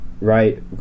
right